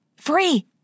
Free